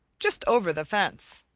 just over the fence.